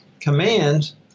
commands